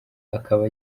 akaba